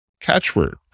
catchword